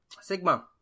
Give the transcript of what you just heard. Sigma